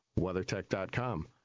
WeatherTech.com